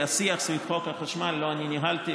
כי את השיח סביב חוק החשמל לא אני ניהלתי,